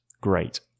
Great